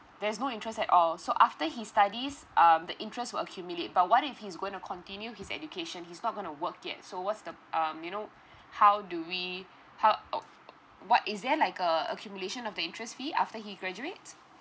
there's no interest at all so after he studies um the interest will accumulate but what if he's gonna continue his education he's not gonna work yet so what's the um you know how do we how uh what is there like a accumulation of interest fee after he graduates